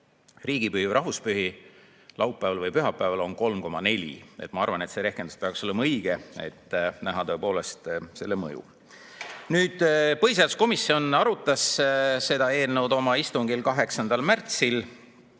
riigipühi või rahvuspüha laupäevale või pühapäevale, siis see on 3,4. Ma arvan, et see rehkendus peaks olema õige ja näitab tõepoolest selle mõju. Põhiseaduskomisjon arutas seda eelnõu oma istungil 8. märtsil.